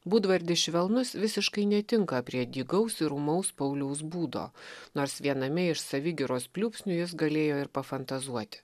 būdvardis švelnus visiškai netinka prie dygaus ir ūmaus pauliaus būdo nors viename iš savigyros pliūpsnių jis galėjo ir pafantazuoti